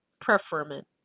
preferment